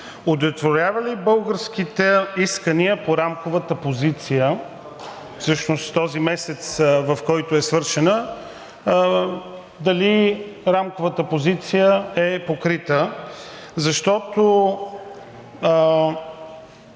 удовлетворява ли българските искания по Рамковата позиция, всъщност този месец, в който е свършена, дали Рамковата позиция е покрита? Защото